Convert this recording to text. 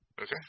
Okay